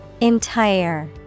Entire